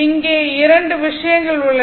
இங்கே இரண்டு விஷயங்கள் உள்ளன